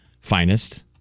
finest